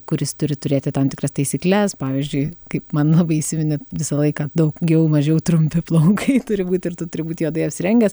kuris turi turėti tam tikras taisykles pavyzdžiui kaip man labai įsiminė visą laiką daugiau mažiau trumpi plaukai turi būt ir tu turi būt juodai apsirengęs